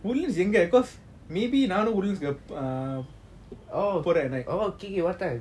woodlands எங்க:enga cause maybe நானும்:naanum woodlands போறான்:poran